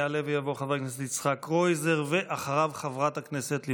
יעלה ויבוא חבר הכנסת יצחק קרויזר,